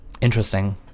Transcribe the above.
interesting